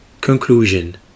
Conclusion